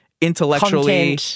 intellectually